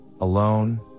alone